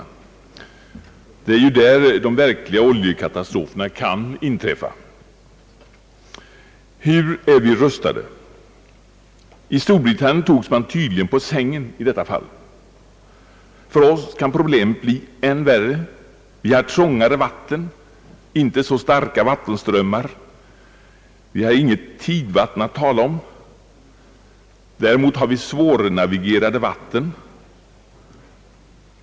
Det är ju i detta sammanhang som de verkligt stora oljekatastroferna kan inträffa. Hur är vi rustade? I Storbritannien togs man i detta fall tydligen på sängen. För oss kan problemet bli än värre. Vi har trängre vatten, inte så siarka vattenströmmar och vi har inget tidvatten att tala om — däremot har vi svårnavigerade vatten.